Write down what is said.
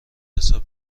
حساب